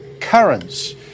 Currents